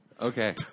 Okay